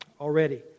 already